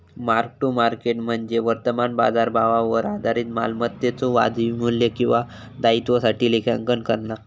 mark to market म्हणजे वर्तमान बाजारभावावर आधारित मालमत्तेच्यो वाजवी मू्ल्य किंवा दायित्वासाठी लेखांकन करणा